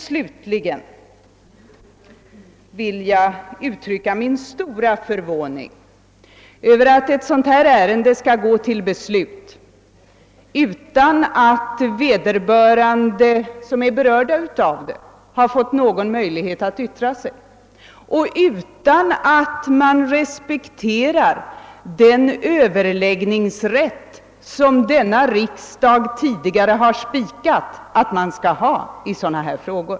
Slutligen vill jag uttrycka min stora förvåning över att ett sådant här ärende går till beslut utan att de som berörs av frågan fått tillfälle att yttra sig och utan att man respekterar den överläggningsrätt som denna riksdag tidigare fastslagit skall finnas i sådana här frågor.